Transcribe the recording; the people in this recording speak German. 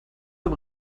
dem